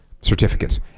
certificates